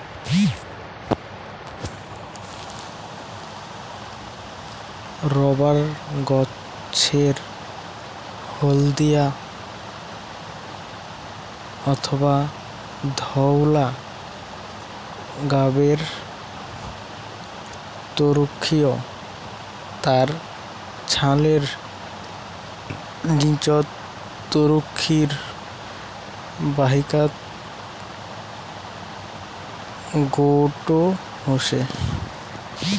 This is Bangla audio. রবার গছের হলদিয়া অথবা ধওলা গাবের তরুক্ষীর তার ছালের নীচত তরুক্ষীর বাহিকাত গোটো হসে